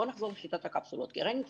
בואו נחזור לשיטת הקפסולות.